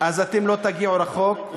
אתם לא תגיעו רחוק,